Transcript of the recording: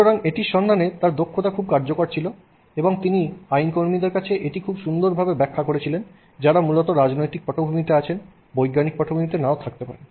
সুতরাং এটির সন্ধানে তার দক্ষতা খুব কার্যকর ছিল এবং তিনি আইনকর্মীদের কাছে এটি খুব সুন্দরভাবে ব্যাখ্যা করেছিলেন যারা মূলত রাজনৈতিক পটভূমিতে আছেন বৈজ্ঞানিক পটভূমিতে নাও থাকতে পারেন